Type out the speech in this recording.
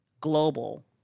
global